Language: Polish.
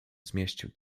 zmieścił